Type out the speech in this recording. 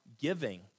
giving